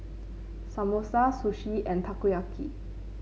Samosa Sushi and Takoyaki